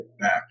back